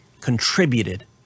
contributed